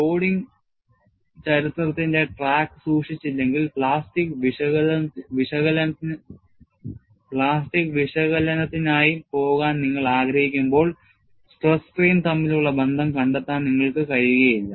loading ചരിത്രത്തിന്റെ track സൂക്ഷിച്ചില്ലെങ്കിൽ plastic വിശകലനത്തിനായി പോകാൻ നിങ്ങൾ ആഗ്രഹിക്കുമ്പോൾ stress strain തമ്മിലുള്ള ബന്ധം കണ്ടെത്താൻ നിങ്ങൾക്ക് കഴിയില്ല